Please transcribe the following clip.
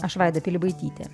aš vaida pilibaitytė